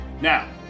Now